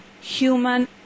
human